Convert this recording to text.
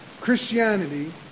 Christianity